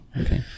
okay